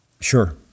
Sure